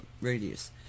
radius